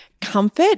comfort